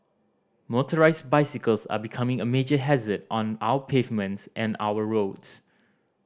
motorised bicycles are becoming a major hazard on our pavements and our roads